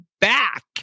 back